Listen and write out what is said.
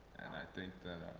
i think that